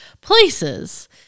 places